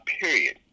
period